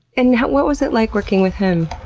and what was it like working with him,